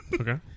okay